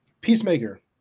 Peacemaker